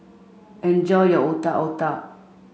enjoy your Otak Otak